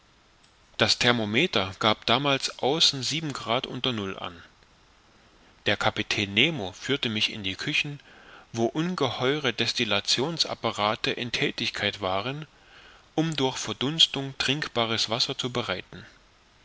das thermometer gab damals außen sieben grad unter null an der kapitän nemo führte mich in die küchen wo ungeheure destillations apparate in thätigkeit waren um durch verdunstung trinkbares wasser zu bereiten